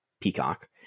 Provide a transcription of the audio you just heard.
Peacock